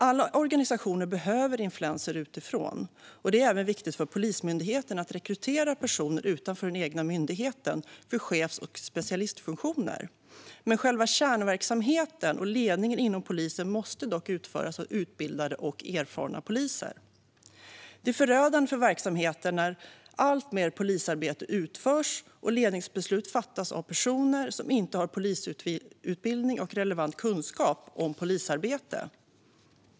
Alla organisationer behöver influenser utifrån, och det är även viktigt för Polismyndigheten att rekrytera personer utanför den egna myndigheten för chefs och specialistfunktioner. Men själva kärnverksamheten och ledningen inom polisen måste skötas av utbildade och erfarna poliser. Det är förödande för verksamheten när alltmer polisarbete utförs och allt fler ledningsbeslut fattas av personer som inte har polisutbildning och relevant kunskap om polisarbete.